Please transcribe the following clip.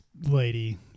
lady